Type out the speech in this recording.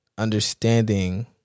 Understanding